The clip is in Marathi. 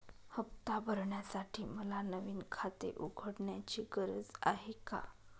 हफ्ता भरण्यासाठी मला नवीन खाते उघडण्याची गरज आहे का?